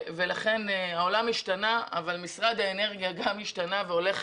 העולם השתנה אבל משרד האנרגיה גם השתנה והולך